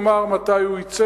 בלי לומר מתי הוא יצא,